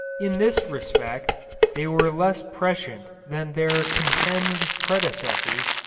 in this respect they were less prescient than their contemned predecessors,